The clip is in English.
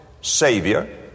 Savior